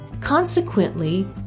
Consequently